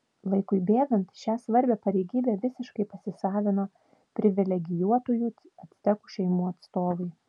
laikui bėgant šią svarbią pareigybę visiškai pasisavino privilegijuotųjų actekų šeimų atstovai